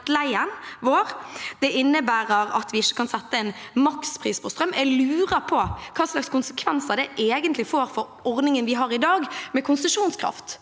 Det innebærer at vi ikke kan sette en makspris på strøm. Jeg lurer på hvilke konsekvenser det egentlig får for ordningen vi har i dag med konsesjonskraft,